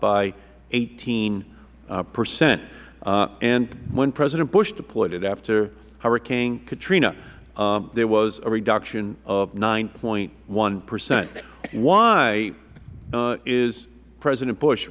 by eighteen percent and when president bush deployed it after hurricane katrina there was a reduction of nine point one percent why is president bush